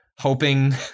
hoping